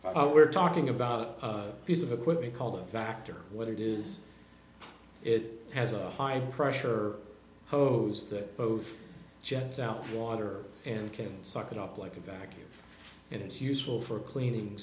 oh we're talking about piece of equipment called factor what it is it has a high pressure hose that both jets out water and can suck it up like a vacuum and it's useful for cleaning